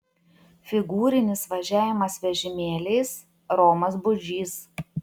figūrinis važiavimas vežimėliais romas budžys